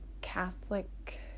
catholic